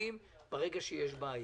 אינטנסיביים ברגע שיש בעיה.